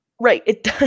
Right